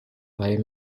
eye